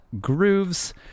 grooves